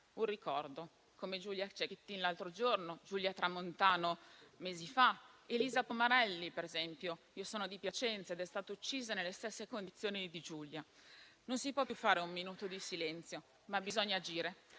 un ricordo, come Giulia Cecchettin, l'altro giorno, Giulia Tramontano, mesi fa, o Elisa Pomarelli, per esempio. Io sono di Piacenza ed Elisa è stata uccisa nelle stesse condizioni di Giulia. Non si può più fare un minuto di silenzio ma bisogna agire.